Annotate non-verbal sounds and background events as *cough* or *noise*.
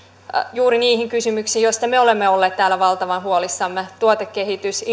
juuri niihin kysymyksiin joista me olemme olleet täällä valtavan huolissamme tuotekehitykseen *unintelligible*